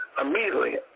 Immediately